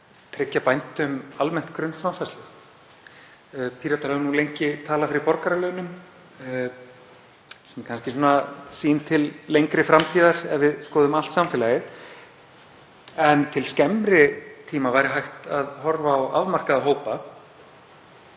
tryggja bændum almennt grunnframfærslu. Við Píratar höfum lengi talað fyrir borgaralaunum, sem er kannski sýn til lengri framtíðar ef við skoðum allt samfélagið, en til skemmri tíma væri hægt að horfa á afmarkaða hópa.